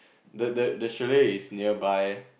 the the the chalet is nearby